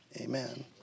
amen